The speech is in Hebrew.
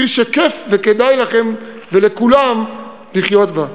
עיר שכיף וכדאי לכם ולכולם לחיות בה.